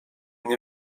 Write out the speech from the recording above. nie